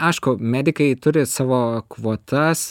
aišku medikai turi savo kvotas